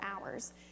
hours